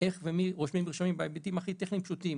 איך ומי רושם מרשמים בהיבטים הכי טכניים ופשוטים,